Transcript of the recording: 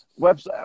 website